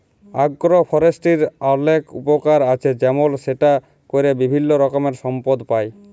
আগ্র ফরেষ্ট্রীর অলেক উপকার আছে যেমল সেটা ক্যরে বিভিল্য রকমের সম্পদ পাই